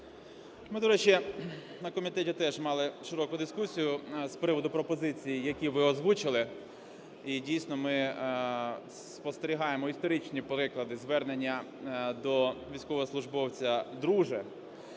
Ми, до речі, на комітеті теж мали широку дискусію з приводу пропозицій, які ви озвучили. І дійсно ми спостерігаємо історичні приклади звернення до військовослужбовця "друже".